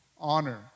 honor